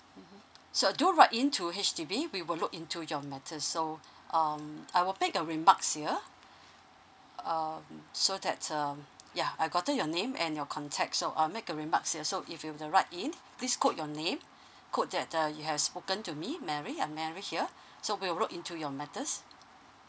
mmhmm so do write in to H_D_B we will look into your matters so um I will make a remarks here um so that um yeah I've gotten your name and your contact so I'll make a remarks here so if you will write in please quote your name quote that uh you have spoken to me mary I'm mary here so we'll look into your matters